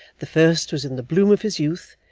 the first was in the bloom of his youth,